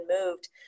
moved